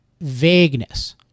vagueness